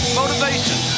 motivation